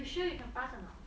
you sure you can pass or not